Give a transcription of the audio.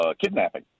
kidnapping